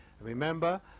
Remember